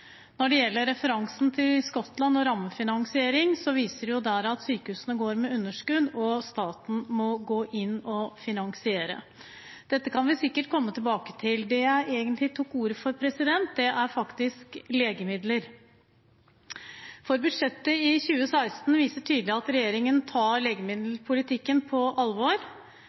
Når det gjelder referansen til Skottland og rammefinansiering, viser det seg der at sykehusene går med underskudd og staten må gå inn og finansiere. Dette kan vi sikkert komme tilbake til. Det jeg egentlig tok ordet for, er faktisk legemidler. For budsjettet i 2016 viser tydelig at regjeringen tar